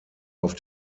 auf